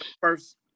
First